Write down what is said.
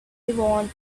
want